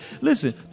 listen